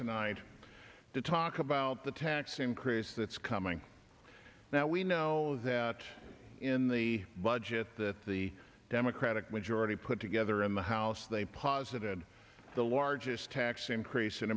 tonight to talk about the tax increase that's coming now we know that in the budget that the democratic majority put together in the house they posited the largest tax increase in